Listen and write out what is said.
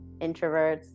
introverts